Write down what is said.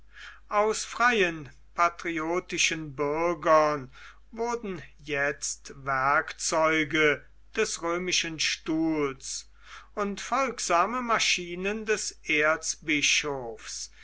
aus freien patriotischen bürgern wurden jetzt werkzeuge des römischen stuhls und folgsame maschinen des erzbischofs